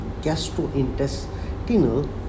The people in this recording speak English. gastrointestinal